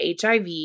HIV